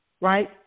right